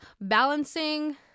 balancing